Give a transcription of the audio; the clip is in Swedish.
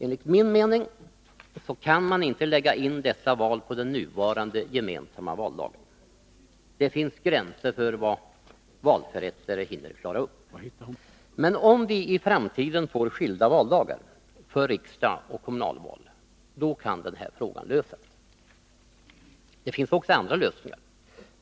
Enligt min mening kan man inte lägga in dessa val på den nuvarande gemensamma valdagen. Det finns gränser för vad valförrättare hinner klara av! Men om vi i framtiden får skilda valdagar för riksdagsoch kommunalval kan frågan lösas. Det finns också andra lösningar.